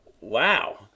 wow